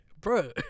bro